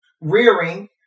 rearing